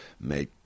make